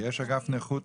יש נציגים מאגף נכות?